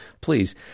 Please